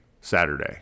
Saturday